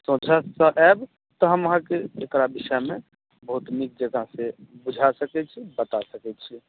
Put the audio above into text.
तखन चाहब हम अहाँ के एकरा विषय मे बहुत नीक जकाॅं सॅं बुझा सकै छी बता सकै छियै